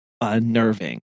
unnerving